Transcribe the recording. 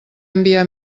enviar